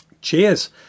cheers